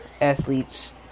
athletes